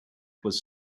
was